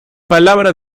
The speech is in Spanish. palabra